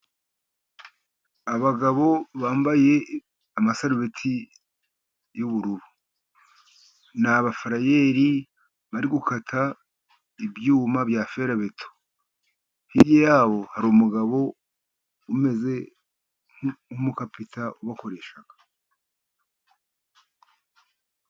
Abagabo bambaye amasarubeti y'ubururu, ni abafarayeri bari gukata ibyuma bya ferabeto, hirya yabo hari umugabo umeze nk'umukapita ubakoresha.